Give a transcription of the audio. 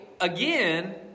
again